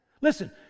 Listen